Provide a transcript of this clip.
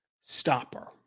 stopper